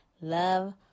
Love